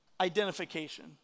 identification